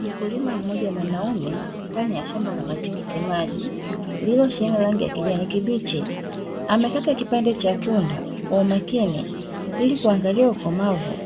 Mkulima mmoja mwanaume ndani ya shamba la matikiti maji, lililo sheheni rangi ya kijani kibichi amekata kipande cha tunda kwa umakini ili kuangalia ukomavu,